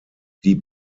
die